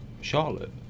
Charlotte